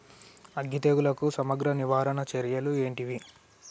అగ్గి తెగులుకు సమగ్ర నివారణ చర్యలు ఏంటివి?